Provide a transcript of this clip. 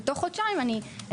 ולמתמחה אחר אתן תוך חודשיים.